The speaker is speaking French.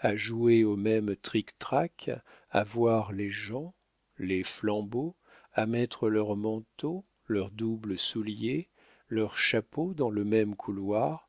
à jouer aux mêmes trictracs à voir les gens les flambeaux à mettre leurs manteaux leurs doubles souliers leurs chapeaux dans le même couloir